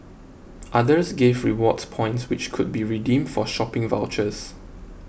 others gave rewards points which could be redeemed for shopping vouchers